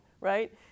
right